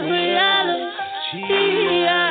reality